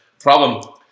problem